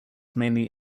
mainly